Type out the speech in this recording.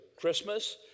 Christmas